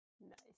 Nice